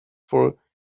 for